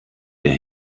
der